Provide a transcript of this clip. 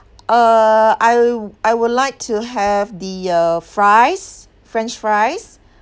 uh I I would like to have the uh fries french fries